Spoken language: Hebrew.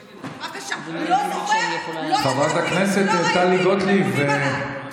בבקשה, לא זוכר, לא ידעתי, לא ראיתי, ממונים עליי.